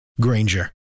Granger